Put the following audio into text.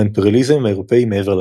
האימפריאליזם האירופאי מעבר לים,